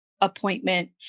appointment